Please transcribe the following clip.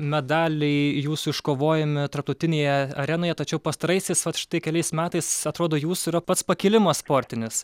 medaliai jūsų iškovojami tarptautinėje arenoje tačiau pastaraisiais vat štai keliais metais atrodo jūsų yra pats pakilimas sportinis